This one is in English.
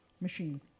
machine